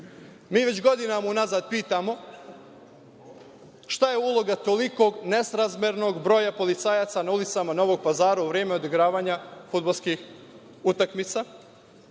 već godinama unazad pitamo šta je uloga tolikog nesrazmernog broja policajaca na ulicama Novog Pazara u vreme odigravanja fudbalskih utakmica?